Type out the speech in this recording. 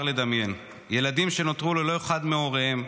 לדמיין: ילדים שנותרו ללא אחד מהוריהם,